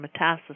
metastasis